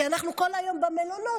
כי אנחנו כל היום במלונות.